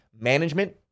management